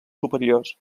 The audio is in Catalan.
superiors